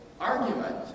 argument